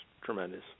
tremendous